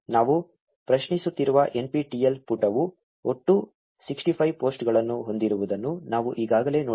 ನಾವು ಪ್ರಶ್ನಿಸುತ್ತಿರುವ NPTEL ಪುಟವು ಒಟ್ಟು 65 ಪೋಸ್ಟ್ಗಳನ್ನು ಹೊಂದಿರುವುದನ್ನು ನಾವು ಈಗಾಗಲೇ ನೋಡಿದ್ದೇವೆ